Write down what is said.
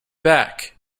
back